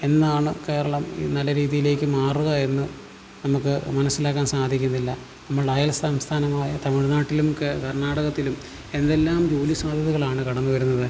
എന്നാണ് കേരളം നല്ല രീതിയിലേക്ക് മാറുകയെന്ന് നമുക്ക് മനസിലാക്കാൻ സാധിക്കുന്നില്ല നമ്മൾ അയൽ സംസ്ഥാനങ്ങൾ ആയ തമിഴ്നാട്ടിലും കർണാടകത്തിലും എന്തെല്ലാം ജോലി സാധ്യതകൾ ആണ് കടന്നു വരുന്നത്